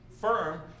firm